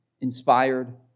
inspired